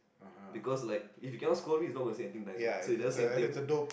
because like if he cannot scold me he's not gonna say anything nice what so he never say anything